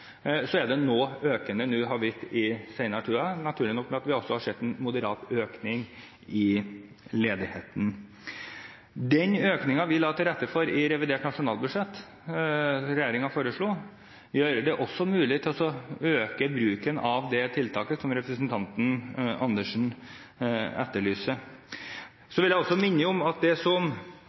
Så har det vært noe økende i den senere tiden, naturlig nok, fordi vi også har sett en moderat økning i ledigheten. Den økningen vi la til rette for i revidert nasjonalbudsjett, som regjeringen foreslo, gjør det også mulig å øke bruken av det tiltaket som representanten Andersen etterlyser. Så vil jeg også minne om at det som